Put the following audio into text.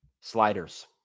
sliders